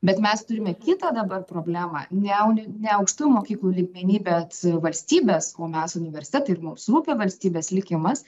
bet mes turime kitą dabar problemą ne uni ne aukštųjų mokyklų lygmeny bet valstybės o mes universitetai ir mums rūpi valstybės likimas